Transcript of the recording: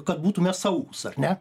kad būtume saugūs ar ne